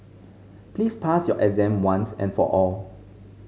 please pass your exam once and for all